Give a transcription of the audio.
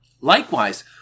Likewise